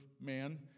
man